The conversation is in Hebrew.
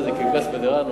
קרקס "מדראנו".